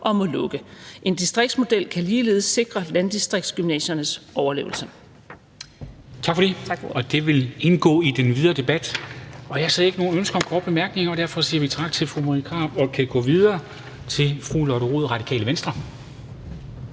og må lukke. En distriktsmodel kan ligeledes sikre landdistriktsgymnasiernes overlevelse.«